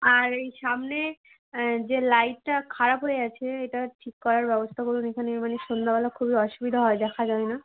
আর এই সামনে যে লাইটটা খারাপ হয়ে আছে এটা ঠিক করার ব্যবস্থা করুন এখানে মানে সন্ধ্যাবেলা খুবই অসুবিধা হয় দেখা যায় না